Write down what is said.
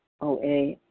OA